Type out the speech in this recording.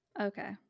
Okay